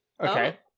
Okay